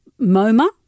MoMA